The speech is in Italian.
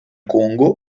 congo